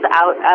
out